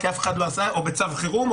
או בצו חירום,